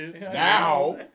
Now